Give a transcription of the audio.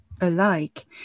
alike